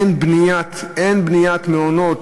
אין בניית מעונות,